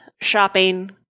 shopping